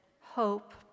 hope